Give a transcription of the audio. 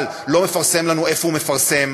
אבל לא מפרסם לנו איפה הוא מפרסם,